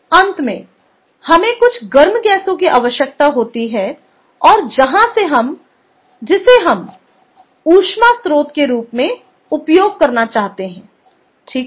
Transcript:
अंत में हमें कुछ गर्म गैसों की आवश्यकता होती है और जहां से हम जिसे हम ऊष्मा स्रोत के रूप में उपयोग करना चाहते हैं ठीक है